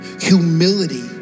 humility